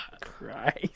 Christ